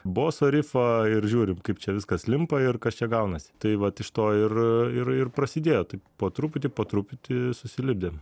boso rifą ir žiūrim kaip čia viskas limpa ir kas čia gaunasi tai vat iš to ir ir ir prasidėjo taip po truputį po truputį susilipdėm